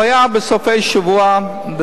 הבעיה בסופי-שבוע,